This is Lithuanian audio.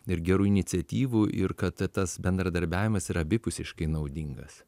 ir gerų iniciatyvų ir kad tas bendradarbiavimas yra abipusiškai naudingas